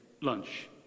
lunch